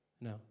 No